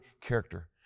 character